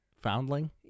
foundling